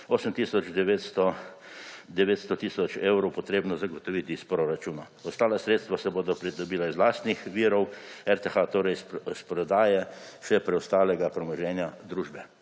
900 tisoč evrov treba zagotoviti iz proračuna. Ostala sredstva se bodo pridobila iz lastnih virov RTH, torej iz prodaje še preostalega premoženja družbe.